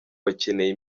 bakeneye